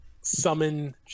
summon